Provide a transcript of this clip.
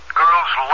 girl's